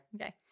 Okay